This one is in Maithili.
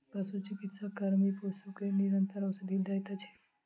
पशुचिकित्सा कर्मी पशु के निरंतर औषधि दैत अछि